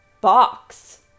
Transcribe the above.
box